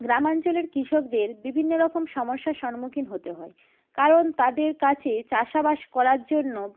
গ্রামাঞ্চলের কৃষকদের বিভিন্ন রকম সমস্যার সন্মুখীন হতে হয় কারণ তাদের কাছে চাষাবাস করার জন্য